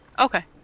Okay